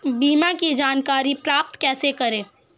बीमा की जानकारी प्राप्त कैसे करें?